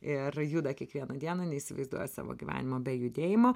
ir juda kiekvieną dieną neįsivaizduoja savo gyvenimo be judėjimo